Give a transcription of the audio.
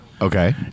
Okay